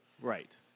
Right